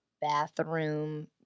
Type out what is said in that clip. bathroom